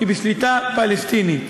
בשליטה פלסטינית,